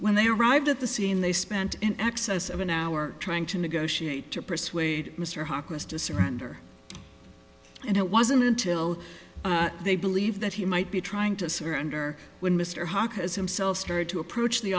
when they arrived at the scene they spent in excess of an hour trying to negotiate to persuade mr harkless to surrender and it wasn't until they believe that he might be trying to surrender when mr hauck has himself started to approach the